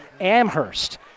Amherst